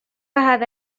هذا